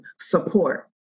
support